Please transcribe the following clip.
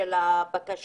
יש דחייה של 10,800 בקשות.